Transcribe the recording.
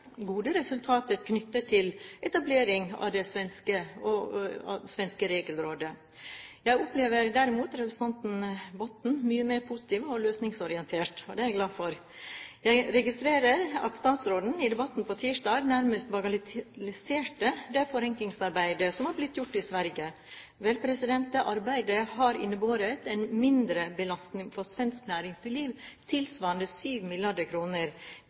gode knyttet til etablering av det svenske regelrådet. Jeg opplever derimot representanten Botten som mye mer positiv og løsningsorientert. Det er jeg glad for. Jeg registrerte at statsråden i debatten på tirsdag nærmest bagatelliserte det forenklingsarbeidet som har blitt gjort i Sverige. Vel, det arbeidet har innebåret en mindrebelastning for svensk næringsliv tilsvarende 7 mrd. kr. Det er 7 mrd. kr som kan bli frigjort til